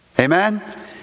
amen